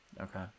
okay